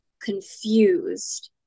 confused